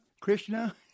Krishna